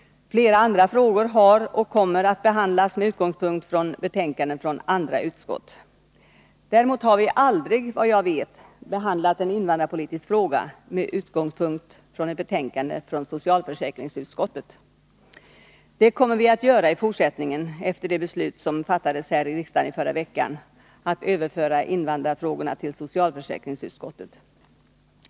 Flera andra frågor har behandlats och kommer att behandlas med utgångspunkt i betänkanden från andra utskott. Däremot har vi aldrig, vad jag vet, behandlat en invandrarpolitisk fråga med utgångspunkt i ett betänkande från socialförsäkringsutskottet. Det kommer vi att göra i fortsättningen, efter det beslut som fattades här i riksdagen i förra veckan att överföra invandrarfrågorna till socialförsäkringsutskottet.